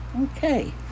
okay